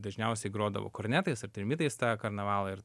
dažniausiai grodavo kornetais ar trimitais tą karnavalą ir